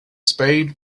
spade